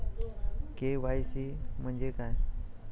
KYC म्हंजे काय?